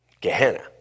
Gehenna